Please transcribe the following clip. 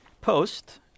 post